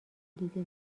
دیده